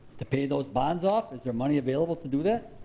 to pay those bonds off, is there money available to do that?